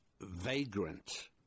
vagrant